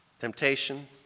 temptation